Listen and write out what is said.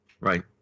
right